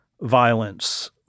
violence